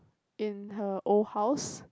in her old house